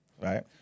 Right